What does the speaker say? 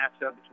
matchup